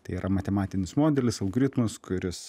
tai yra matematinis modelis algoritmas kuris